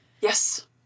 Yes